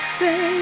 say